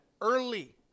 early